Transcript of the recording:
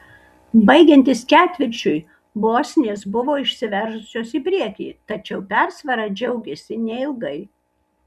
baigiantis ketvirčiui bosnės buvo išsiveržusios į priekį tačiau persvara džiaugėsi neilgai